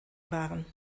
waren